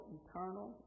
eternal